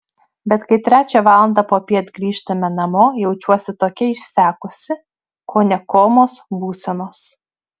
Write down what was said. bet kai trečią valandą popiet grįžtame namo jaučiuosi tokia išsekusi kone komos būsenos